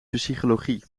psychologie